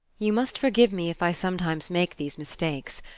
you must forgive me if i sometimes make these mistakes.